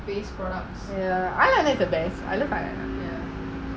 ya I like eyeliner the best